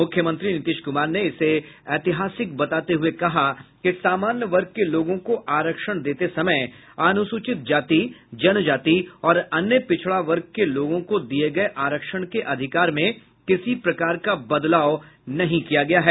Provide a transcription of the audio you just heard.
मुख्यमंत्री नीतीश कुमार ने इसे ऐतिहासिक बताते हुये कहा कि सामान्य वर्ग के लोगों को आरक्षण देते समय अनुसूचित जाति जनजाति और अन्य पिछड़ा वर्ग के लोगों को दिये गये आरक्षण के अधिकार में किसी प्रकार का बदलाव नहीं किया गया है